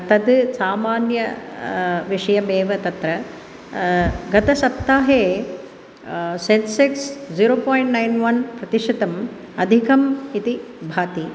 तद् सामान्य विषयमेव तत्र गतसप्ताहे Sensex zero point nine one प्रतिशतम् अधिकम् इति भाति